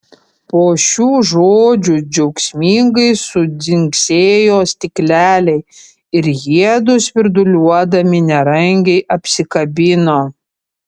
po šių žodžių džiaugsmingai sudzingsėjo stikleliai ir jiedu svirduliuodami nerangiai apsikabino